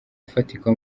ufatika